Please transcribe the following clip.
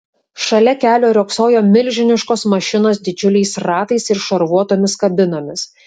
šalia kelio riogsojo milžiniškos mašinos didžiuliais ratais ir šarvuotomis kabinomis